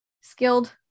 skilled